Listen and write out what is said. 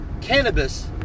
cannabis